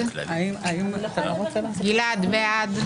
מי נגד?